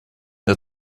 для